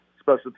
special